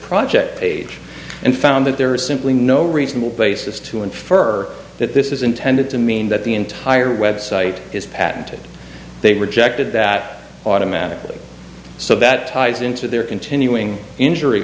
project page and found that there is simply no reasonable basis to infer that this is intended to mean that the entire website is patented they rejected that automatically so that ties into their continuing injury